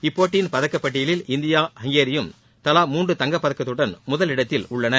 இப்போட்டியின் பதக்கப் பட்டியலில் இந்தியாவும் ஹங்கேரியும் தலா மூன்று தங்கப் பதக்கத்துடன் முதலிடத்தில் உள்ளன